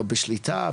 או בשליטה,